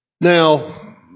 Now